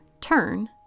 turn